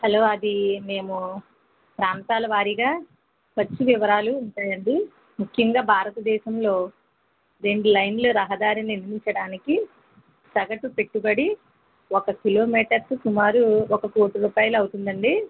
hello అది మేము ప్రాంతాల వారీగా ఖర్చు వివరాలు ఉంటాయండి ముఖ్యంగా భారతదేశంలో రెండు లేన్లు రహదారిని నిర్మించడానికి సగటు పెట్టుబడి ఒక కిలోమీటర్కు సుమారు ఒక కోటి రూపాయలు అవుతుందండి